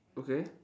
okay